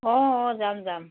অঁ অঁ যাম যাম